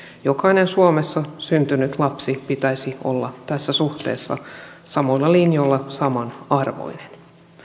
jokaisen suomessa syntyneen lapsen pitäisi olla tässä suhteessa samoilla linjoilla samanarvoinen